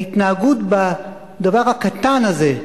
ההתנהגות בדבר הקטן הזה,